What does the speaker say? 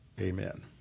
amen